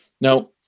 Now